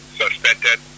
suspected